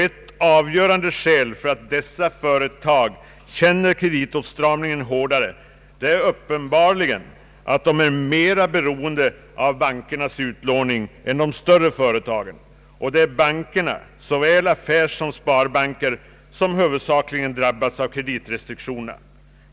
Ett avgörande skäl för att dessa företag känner kreditåtstramningen hårdare är uppenbarligen att de är mera beroende av bankernas utlåning än de större företagen. Det är bankerna, såväl affärssom sparbanker, som huvudsakligen drabbas av kreditrestriktionerna.